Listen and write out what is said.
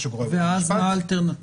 שקורה בבית משפט --- ואז מה האלטרנטיבה?